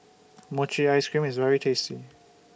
Mochi Ice Cream IS very tasty